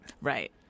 Right